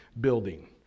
building